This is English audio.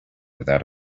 without